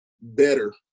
better